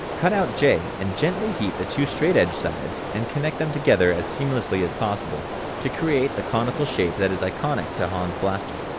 cut out j and gently heat the two straight edge sides and connect them together as seamlessly as possible to create the conical shape that is iconic to han's blaster.